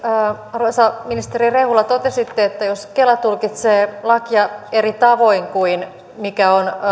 arvoisa ministeri rehula totesitte että jos kela tulkitsee lakia eri tavoin kuin mikä on